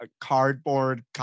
cardboard